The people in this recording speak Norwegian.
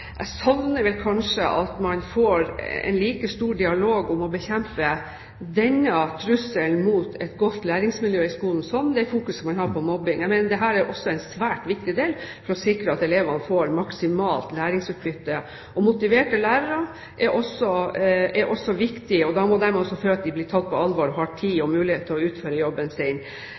like stor dialog om det å bekjempe denne trusselen mot et godt læringsmiljø i skolen som det man har når det gjelder mobbing. Jeg mener dette også er en svært viktig del for å sikre at elevene får maksimalt læringsutbytte. Motiverte lærere er viktig, og da må de også føle at de blir tatt på alvor og har tid og mulighet til å utføre jobben sin.